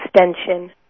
extension